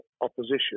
opposition